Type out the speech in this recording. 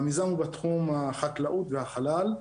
והמיזם הוא בתחום החקלאות והחלל.